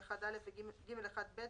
(ג1א), (ג1ב)